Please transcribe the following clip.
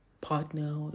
partner